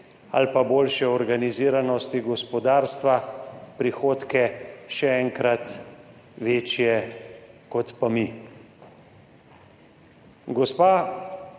ali pa boljše organiziranosti gospodarstva prihodke še enkrat večje kot mi.